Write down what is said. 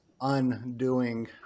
undoing